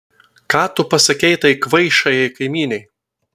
ką tu pasakei tai kvaišajai kaimynei